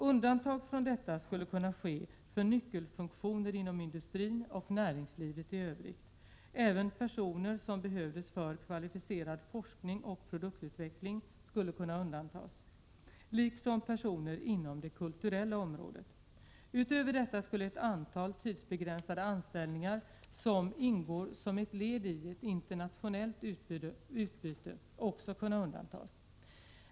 Undantag från detta skulle kunna ske för nyckelfunktioner inom industrin och näringslivet i övrigt. Även personer som behövdes för kvalificerad forskning och produktutveckling skulle kunna undantas, liksom personer inom det kulturella området. Utöver detta skulle ett antal tidsbegränsade anställningar som ingår som ett led i internationellt utbyte också kunna undantas.